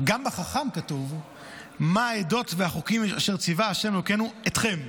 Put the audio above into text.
גם בחכם כתוב "מה העדות והחוקים אשר ציווה ה' אלוהינו אתכם?"